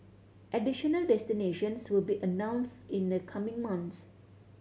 additional destinations will be announced in the coming months